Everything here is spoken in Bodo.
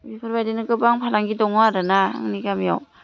बेफोरबादिनो गोबां फालांगि दङ आरो ना आंनि गामिआव